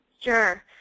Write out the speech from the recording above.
Sure